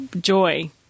joy